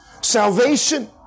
salvation